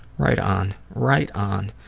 right on. right on!